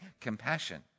compassion